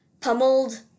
pummeled